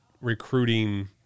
recruiting